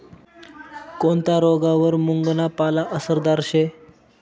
कोनता रोगवर मुंगना पाला आसरदार शे